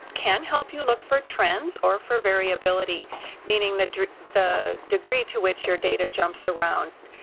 can help you look for trends or for variability meaning the the degree to which your data jumps around,